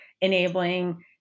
enabling